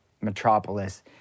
metropolis